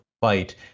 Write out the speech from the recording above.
fight